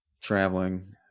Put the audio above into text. traveling